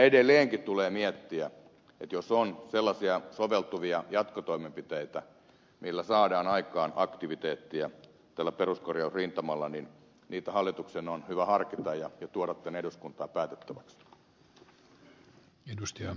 edelleenkin tulee miettiä että jos on sellaisia soveltuvia jatkotoimenpiteitä millä saadaan aikaan aktiviteettia tällä peruskorjausrintamalla niin niitä hallituksen on hyvä harkita ja tuoda tänne eduskuntaan päätettäväksi